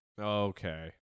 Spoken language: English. Okay